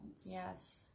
yes